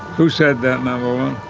who said that? well.